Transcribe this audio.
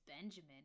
Benjamin